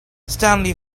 stanley